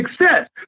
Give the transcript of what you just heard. success